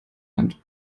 hand